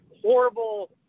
horrible